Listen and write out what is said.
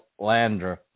Landra